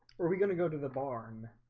where we gonna go to the barn